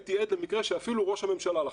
והייתי עד למקרה שאפילו ראש הממשלה לחץ.